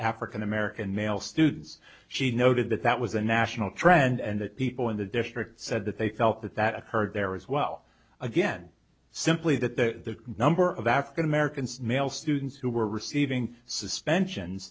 african american male students she noted that that was a national trend and that people in the district said that they felt that that occurred there as well again simply that the number of african american male students who were receiving suspension